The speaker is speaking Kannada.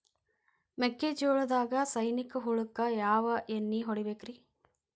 ಮೆಕ್ಕಿಜೋಳದಾಗ ಸೈನಿಕ ಹುಳಕ್ಕ ಯಾವ ಎಣ್ಣಿ ಹೊಡಿಬೇಕ್ರೇ?